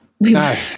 No